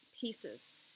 pieces